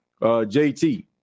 JT